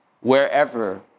wherever